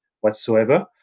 whatsoever